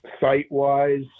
Site-wise